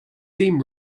seam